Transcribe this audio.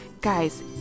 guys